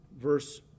verse